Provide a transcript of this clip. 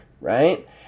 right